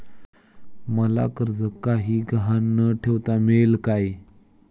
मला कर्ज काही गहाण न ठेवता मिळेल काय?